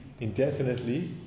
indefinitely